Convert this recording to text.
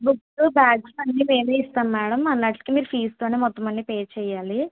books bags అన్నీ మేమే ఇస్తాం మేడం అండ్ నెక్స్ట్ మీరు ఫీజుతోనే మొత్తం అన్నీ పే చేయాలి